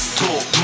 talk